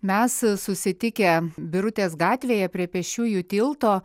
mes susitikę birutės gatvėje prie pėsčiųjų tilto